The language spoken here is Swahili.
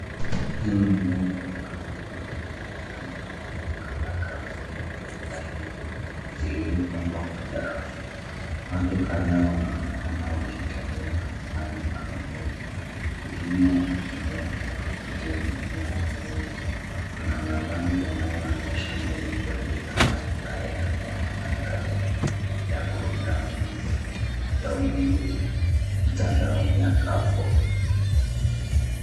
Hii ni ndani ya duka kubwa. Inaonekana kama duka la Carrefour lenye bidhaa nyingi zilizopangwa kwenye rafu. Watu kadhaa wanaonekana wakitembea na kufanya manunuzi wengine wakitumia mikokoteni ya ununuzi. Kuna mabango yanayoonyesha bei za bidhaa mbalimbali na pia matangazo ya programu mpya ya ununuzi mtandaoni ya Carrefour.